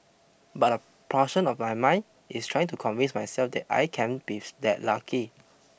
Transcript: but a portion of my mind is trying to convince myself that I can't be that lucky